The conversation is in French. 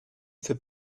fait